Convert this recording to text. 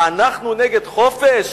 אנחנו נגד חופש?